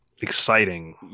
Exciting